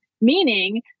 meaning